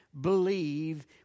believe